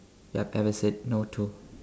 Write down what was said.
you've ever said no to